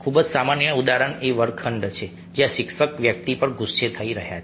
ખૂબ જ સામાન્ય ઉદાહરણ એ વર્ગખંડ છે જ્યાં શિક્ષક વ્યક્તિ પર ગુસ્સે થઈ રહ્યા છે